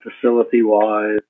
facility-wise